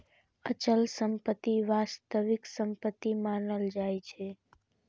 अचल संपत्ति वास्तविक संपत्ति मानल जाइ छै